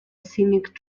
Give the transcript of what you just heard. scenic